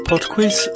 Podquiz